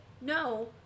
no